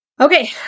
Okay